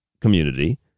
community